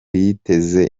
yiteze